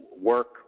work